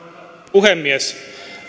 puhemies